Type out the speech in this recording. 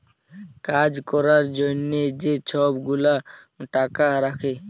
কাজ ক্যরার জ্যনহে যে ছব গুলা টাকা রাখ্যে